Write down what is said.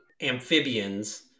amphibians